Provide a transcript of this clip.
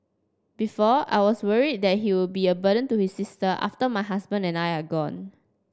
before I was worried that he would be a burden to his sister after my husband and I are gone